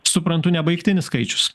suprantu ne baigtinis skaičius